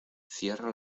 cierra